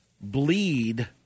bleed